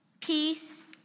peace